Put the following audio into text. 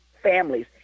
families